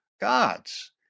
God's